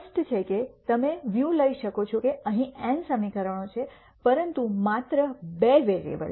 સ્પષ્ટ છે કે તમે વ્યૂ લઈ શકો છો કે અહીં n સમીકરણો છે પરંતુ માત્ર બે વેરીઅબલ